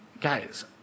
Guys